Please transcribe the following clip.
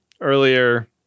Earlier